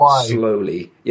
slowly